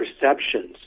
perceptions